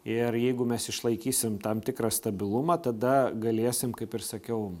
ir jeigu mes išlaikysim tam tikrą stabilumą tada galėsim kaip ir sakiau